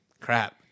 crap